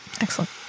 excellent